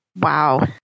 Wow